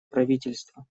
правительства